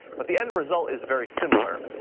but the end result is very similar.